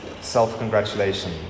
self-congratulation